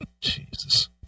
jesus